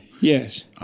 Yes